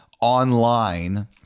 online